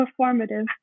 performative